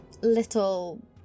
little